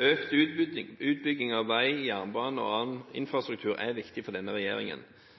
Økt utbygging av vei, jernbane og annen infrastruktur er viktig for denne regjeringen.